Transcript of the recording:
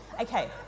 Okay